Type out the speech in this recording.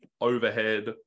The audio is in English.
overhead